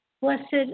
Blessed